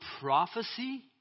prophecy